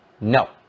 No